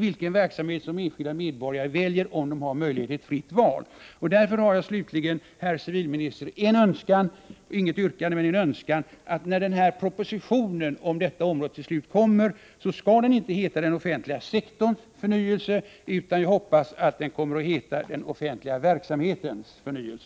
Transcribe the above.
vilken verksamhet som enskilda medborgare väljer om de har möjlighet till ett fritt val. Därför har jag slutligen, herr civilminister, inget yrkande men en önskan: När propositionen om detta område till slut kommer, skall den inte heta Den offentliga sektorns förnyelse utan Den offentliga verksamhetens förnyelse.